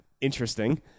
interesting